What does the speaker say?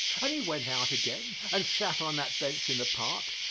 and he went out again and sat on that bench in the park,